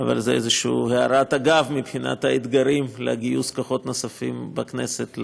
אבל זו איזושהי הערת אגב מבחינת האתגרים לגיוס כוחות נוספים בכנסת,